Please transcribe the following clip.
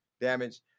Damage